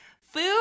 food